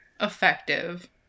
effective